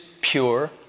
pure